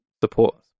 support